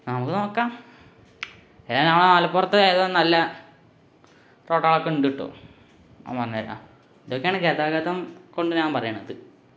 നമുക്ക് നോക്കാം നമ്മുടെ മലപ്പുറത്ത് വേഗം നല്ല റോഡാക്കണ്ണ്ട്ട്ടോ ഞാന് പറഞ്ഞുതരാം ഇതൊക്കെയാണ് ഗതാഗതം കൊണ്ട് ഞാൻ പറയുന്നത്